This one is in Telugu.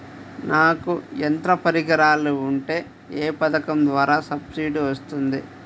నాకు యంత్ర పరికరాలు ఉంటే ఏ పథకం ద్వారా సబ్సిడీ వస్తుంది?